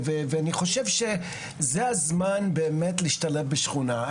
אני חושב שזה הזמן להשתלב בשכונה.